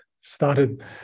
started